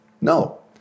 No